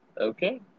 okay